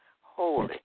holy